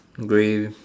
grey